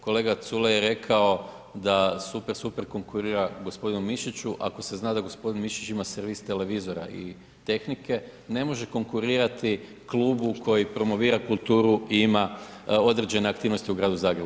Kolega Culej je rekao da super super konkurira gospodinu Mišiću, ako se zna da gospodin Mišić ima servis televizora i tehnike, ne može konkurirati klubu koji promovira kulturu i ima određene aktivnosti u Gradu Zagrebu.